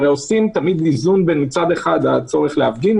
הרי עושים תמיד איזון בין מצד אחד הצורך להפגין,